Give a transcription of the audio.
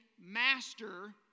master